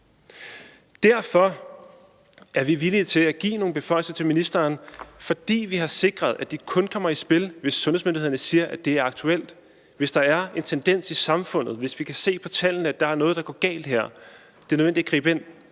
Derfor er vi villige til at give nogle beføjelser til ministeren, fordi vi har sikret, at de kun kommer i spil, hvis sundhedsmyndighederne siger, at det er aktuelt – hvis der er en tendens i samfundet og vi kan se på tallene, at der er noget, der går galt her, og det er nødvendigt at gribe ind.